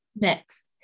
Next